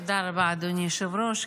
תודה רבה, אדוני היושב-ראש.